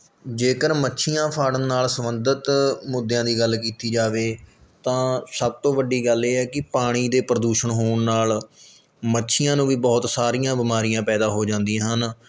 ਜੇਕਰ ਮੱਛੀਆਂ ਫੜਨ ਨਾਲ ਸੰਬੰਧਿਤ ਮੁੱਦਿਆਂ ਦੀ ਗੱਲ ਕੀਤੀ ਜਾਵੇ ਤਾਂ ਸਭ ਤੋਂ ਵੱਡੀ ਗੱਲ ਇਹ ਹੈ ਕਿ ਪਾਣੀ ਦੇ ਪ੍ਰਦੂਸ਼ਣ ਹੋਣ ਨਾਲ ਮੱਛੀਆਂ ਨੂੰ ਵੀ ਬਹੁਤ ਸਾਰੀਆਂ ਬਿਮਾਰੀਆਂ ਪੈਦਾ ਹੋ ਜਾਂਦੀਆਂ ਹਨ